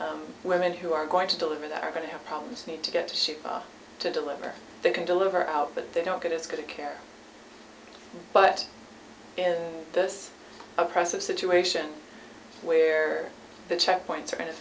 r women who are going to deliver that are going to have problems need to get to deliver they can deliver out but they don't get as good a care but in this oppressive situation where the checkpoints are in